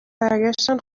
برگشتن